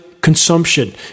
consumption